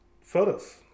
photos